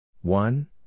One